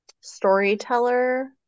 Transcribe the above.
storyteller